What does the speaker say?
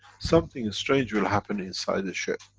something strange will happen inside the ship.